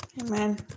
Amen